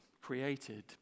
created